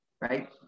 right